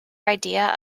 idea